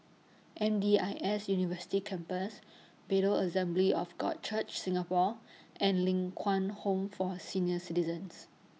M D I S University Campus Bethel Assembly of God Church Singapore and Ling Kwang Home For Senior Citizens